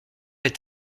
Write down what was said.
est